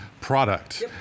product